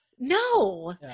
no